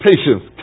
Patience